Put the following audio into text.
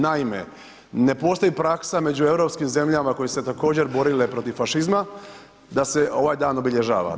Naime, ne postoji praksa među europskim zemljama koje su se također borile protiv fašizma da se ovaj dan obilježava.